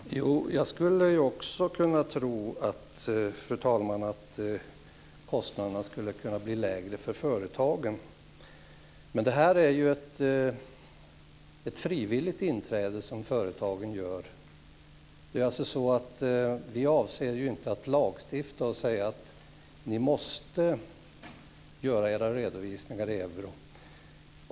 Fru talman! Jag skulle också kunna tro att kostnaderna kan bli lägre för företagen men det är ju ett frivilligt inträde som företagen gör. Vi avser ju inte att lagstifta och säga att man måste göra sina redovisningar i euro.